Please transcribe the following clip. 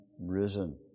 risen